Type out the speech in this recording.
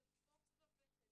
זה בוקס בבטן.